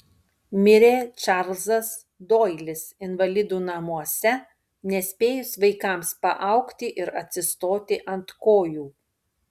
mirė čarlzas doilis invalidų namuose nespėjus vaikams paaugti ir atsistoti ant kojų